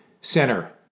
center